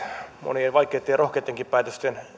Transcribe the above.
monien vaikeitten ja rohkeittenkin päätösten